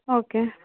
okay